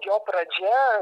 jo pradžia